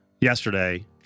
yesterday